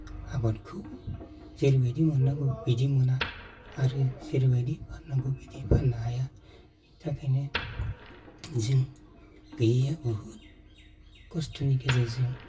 आबादखौ जेरैबायदि मोननांगौ बिदि मोना आरो जेरैबायदि फाननांगौ बिदि फान्नो हाया बिनि थाखायनो जों गैयिया बहुत खस्थ'नि गेजेरजों